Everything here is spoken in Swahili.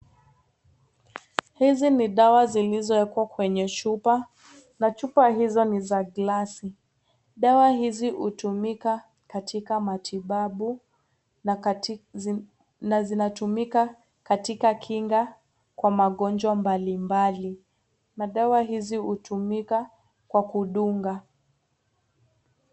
Hizi ni dawa zilizoekwa kwenye chupa. Na chupa hizo ni za glass .Dawa hizi hutumika katika matibabu ,na kati, zi, na zinatumika kitaka kinga kwa magonjwa mbalimbali. Na dawa hizi hutumika kwa kudunga.